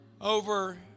Over